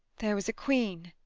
there was a queen,